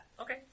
Okay